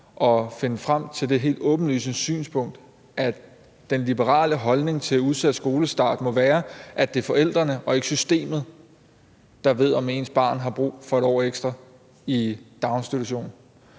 og finde frem til det helt åbenlyse synspunkt, at den liberale holdning til udsat skolestart må være, at det er forældrene og ikke systemet, der ved, om ens barn har brug for 1 år ekstra i daginstitution.